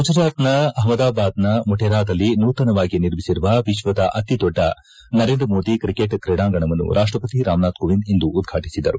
ಗುಜರಾತ್ನ ಅಪ್ಪದಬಾದ್ನ ಮೊಟೆರಾದಲ್ಲಿ ನೂತನವಾಗಿ ನಿರ್ಮಿಸಿರುವ ವಿಶ್ವದ ಅತಿದೊಡ್ಡ ನರೇಂದ್ರ ಮೋದಿ ಕ್ರಿಕೆಟ್ ಕ್ರೀಡಾಂಗಣವನ್ನು ರಾಷ್ಷವತಿ ರಾಮನಾಥ್ ಕೋವಿಂದ್ ಇಂದು ಉದ್ಘಾಟಿಸಿದರು